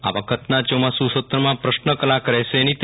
આ વખતના ચોમાસુ સત્રમાં પ્રશ્ન કલાક રહેશે નહિં